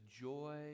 joy